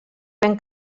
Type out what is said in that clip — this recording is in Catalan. ben